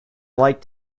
liked